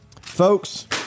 Folks